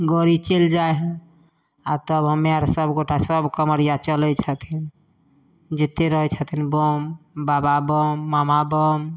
गड़ी चलि जाइ हइ आ तब हम्मे आर सब गोटा सब कमरिया चलै छथिन जेतेक रहै छथिन बम बाबा बम मामा बम